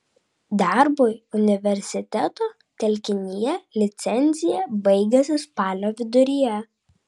darbui universiteto telkinyje licencija baigiasi spalio viduryje